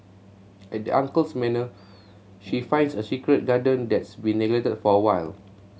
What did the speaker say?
at the uncle's manor she finds a secret garden that's been neglected for a while